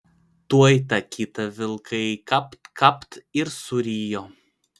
tuoj tą kitą vilkai kapt kapt ir surijo